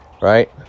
right